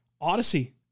Odyssey